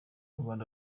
rwanda